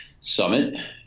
Summit